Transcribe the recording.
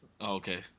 Okay